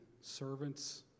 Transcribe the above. servants